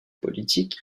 politiques